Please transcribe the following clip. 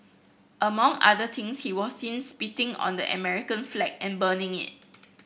among other things he was seen spitting on the American flag and burning it